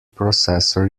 processor